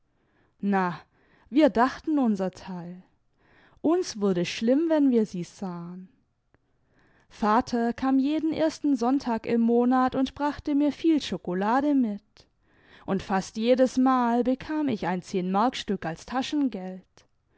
na wir dachten unser teil uns wurde schlimm wenn wir sie sahen vater kam jeden ersten sonntag im monat und brachte mir viel schokolade mit und fast jedesmal bekam ich ein zehnmarkstück als taschengeld